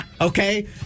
okay